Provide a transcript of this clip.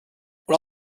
what